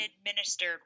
administered